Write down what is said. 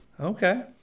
Okay